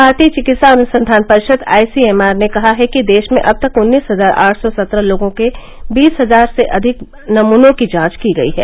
भारतीय चिकित्सा अनुसंधान परिषद आईसीएमआर ने कहा है कि देश में अब तक उन्नीस हजार आठ सौ सत्रह लोगों के बीस हजार से अधिक नमूनों की जांच की गई है